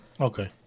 okay